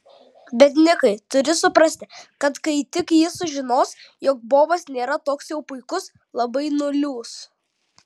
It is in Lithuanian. bet nikai turi suprasti kad kai tik ji sužinos jog bobas nėra toks jau puikus labai nuliūs